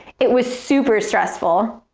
it was super stressful.